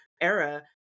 era